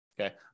okay